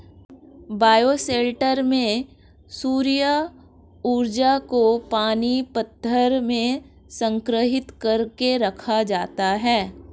bioshelter में सौर्य ऊर्जा को पानी पत्थर में संग्रहित कर के रखा जाता है